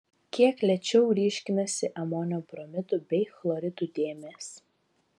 kiek lėčiau ryškinasi amonio bromidų bei chloridų dėmės